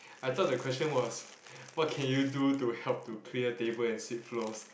I thought the question was what can you do to help to clear table and sweep floors